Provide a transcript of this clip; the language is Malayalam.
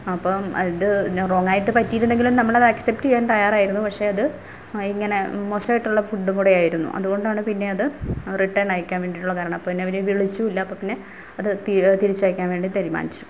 അപ്പം അത് റോങ്ങായിട്ട് പറ്റിയിരുന്നെങ്കിലും നമ്മളത് ആക്സെപ്റ്റ് ചെയ്യാൻ തയ്യാറായിരുന്നു പക്ഷേ അത് ഇങ്ങനെ മോശമായിട്ടുള്ള ഫുഡും കൂടി ആയിരുന്നു അതുകൊണ്ടാണ് പിന്നെ അത് റിട്ടേൺ അയക്കാൻ വേണ്ടിയിട്ടുള്ള കാരണം അപ്പം എന്നെ അവർ വിളിച്ചുമില്ല അപ്പം പിന്നെ അത് തി തിരിച്ച് അയക്കാൻ വേണ്ടി തീരുമാനിച്ചു